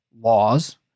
laws